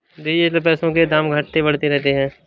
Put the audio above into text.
digital पैसों के दाम घटते बढ़ते रहते हैं